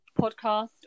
podcast